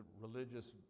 religious